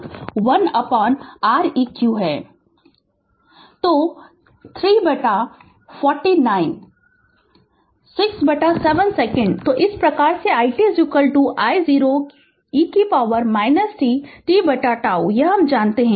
Refer Slide Time 1448 तो 349 बटा 14 तो 6 बटा 7 सेकंड तो इस प्रकार i t I0 e t t बटा τ यह हम जानते हैं